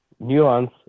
nuance